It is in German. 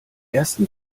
ersten